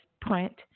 print